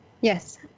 Yes